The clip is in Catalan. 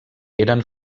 eren